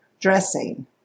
dressing